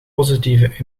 positieve